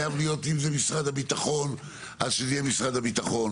אם זה משרד הביטחון, אז שזה יהיה משרד הביטחון.